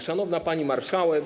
Szanowna Pani Marszałek!